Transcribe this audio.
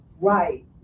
Right